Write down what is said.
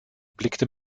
blickte